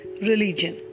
religion